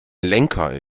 lenker